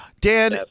Dan